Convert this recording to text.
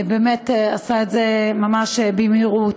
באמת הוא עשה את זה ממש במהירות.